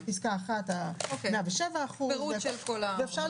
יש פסקה אחת 107%, ואפשר לראות.